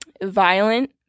violent